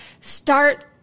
Start